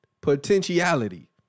Potentiality